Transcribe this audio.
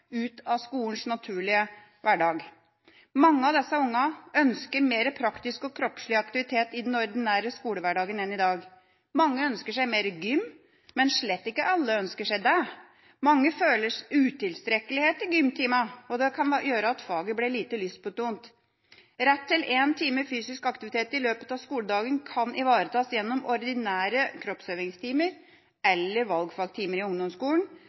ut av skolens naturlige hverdag. Mange av disse ungene ønsker mer praktisk og kroppslig aktivitet i den ordinære skolehverdagen enn de har i dag. Mange ønsker seg mer gym, men slett ikke alle ønsker det. Mange føler utilstrekkelighet i gymtimene, og det kan gjøre at faget blir lite lystbetont. Rett til én time fysisk aktivitet i løpet av skoledagen kan ivaretas gjennom ordinære kroppsøvingstimer eller valgfagstimer i ungdomsskolen,